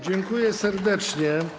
Dziękuję serdecznie.